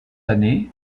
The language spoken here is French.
années